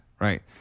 right